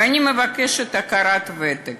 ואני מבקשת הכרה בוותק